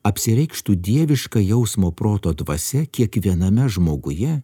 apsireikštų dieviška jausmo proto dvasia kiekviename žmoguje